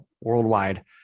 Worldwide